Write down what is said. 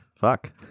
Fuck